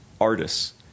artists